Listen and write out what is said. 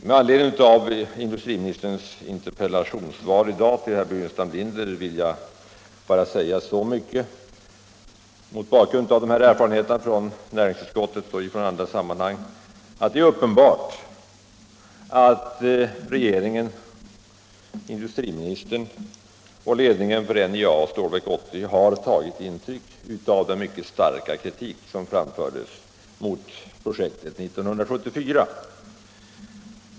Med anledning av industriministerns interpellationssvar i dag till herr Burenstam Linder vill jag mot bakgrund av erfarenheterna från näringsutskottet och från andra sammanhang bara säga att det är uppenbart att regeringen, industriministern och ledningen för NJA och Stålverk 80 har tagit intryck av den mycket starka kritik som framfördes mot projektet under 1974.